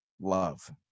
Love